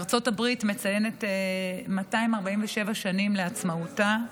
ארצות הברית מציינת 247 שנים לעצמאותה.